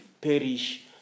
perish